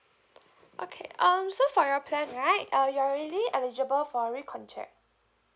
okay um so for your plan right uh you're already eligible for re contact